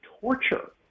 torture